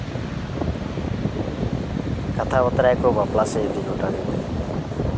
ᱠᱟᱛᱷᱟ ᱵᱟᱨᱛᱟᱭᱟᱠᱚ ᱵᱟᱯᱞᱟ ᱥᱮᱡ ᱤᱫᱤ ᱜᱚᱴᱟ ᱠᱟᱛᱮ